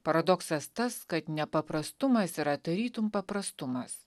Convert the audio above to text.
paradoksas tas kad nepaprastumas yra tarytum paprastumas